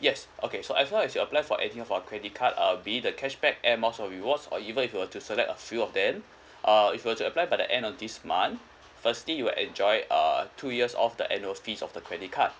yes okay so as long as you apply for anything of our credit card uh be it the cashback air miles or rewards or even if you were to select a few of them uh if you were to apply by the end of this month firstly you'll enjoy uh two years off the annual fees of the credit card